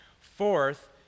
Fourth